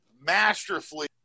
masterfully